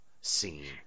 scene